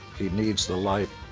he needs the light